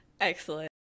Excellent